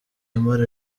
lamar